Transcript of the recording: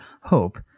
hope